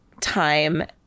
Time